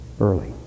early